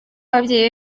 ababyeyi